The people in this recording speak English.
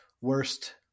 worst